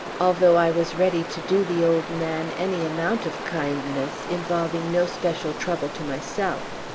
although i was ready to do the old man any amount of kindness involving no special trouble to myself.